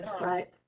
right